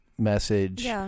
message